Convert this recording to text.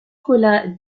colas